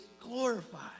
glorified